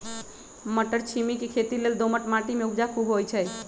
मट्टरछिमि के खेती लेल दोमट माटी में उपजा खुब होइ छइ